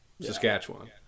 Saskatchewan